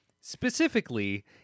Specifically